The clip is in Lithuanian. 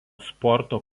sporto